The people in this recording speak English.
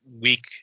weak